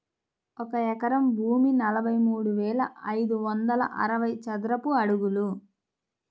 ఒక ఎకరం భూమి నలభై మూడు వేల ఐదు వందల అరవై చదరపు అడుగులు